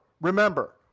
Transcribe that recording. remember